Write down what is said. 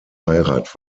heirat